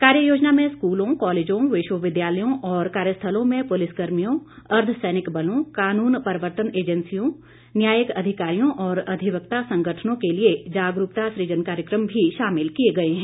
कार्ययोजना में स्कूलों कॉलेजों विश्वविद्यालयों और कार्यस्थलों में पुलिसकर्मियों अर्धसैनिक बलों कानून प्रवर्तन एजेंसियों न्यायिक अधिकारियों और अधिवक्ता संगठनों के लिए जागरूकता सुजन कार्यक्रम भी शामिल किए गए हैं